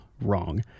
wrong